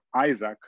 Isaac